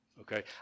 okay